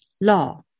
law